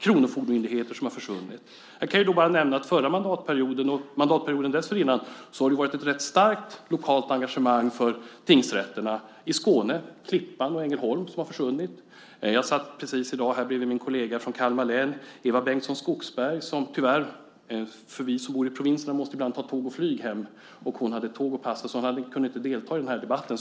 Kronofogdemyndigheter har försvunnit. Under den förra mandatperioden och mandatperioden dessförinnan har det varit ett rätt starkt lokalt engagemang för tingsrätterna i Skåne - Klippan och Ängelholm - som har försvunnit. Vi som bor i provinserna måste ju ibland ta tåg och flyg hem. Jag satt bredvid min kollega från Kalmar län, Eva Bengtson Skogsberg som tyvärr hade ett tåg att passa så hon kunde inte delta i den här debatten.